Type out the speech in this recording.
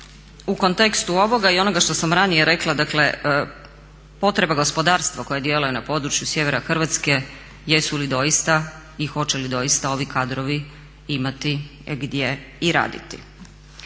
u kontekstu ovoga i onoga što sam ranije rekla, dakle potreba gospodarstva koja djeluje na području sjevera Hrvatske jesu li doista i hoće li doista ovi kadrovi imati gdje i raditi.